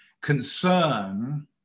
concern